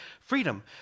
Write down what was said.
freedom